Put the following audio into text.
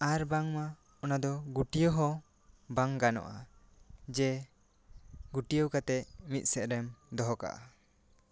ᱟᱨ ᱵᱟᱝ ᱢᱟ ᱚᱱᱟ ᱫᱚ ᱜᱩᱴᱭᱟᱹᱣ ᱦᱚᱸ ᱵᱟᱝ ᱜᱟᱱᱚᱜᱼᱟ ᱡᱮ ᱜᱩᱴᱭᱟᱹᱣ ᱠᱟᱛᱮ ᱢᱤᱫ ᱥᱮᱫ ᱨᱮᱢ ᱫᱚᱦᱚ ᱠᱟᱜᱼᱟ